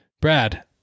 Brad